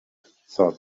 thought